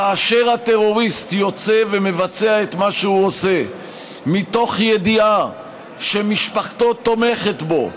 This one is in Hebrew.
כאשר הטרוריסט יוצא ומבצע את מה שהוא עושה מתוך ידיעה שמשפחתו תומכת בו,